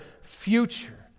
future